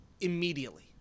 immediately